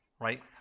right